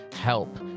help